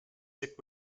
sick